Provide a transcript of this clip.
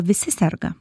visi serga